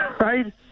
Right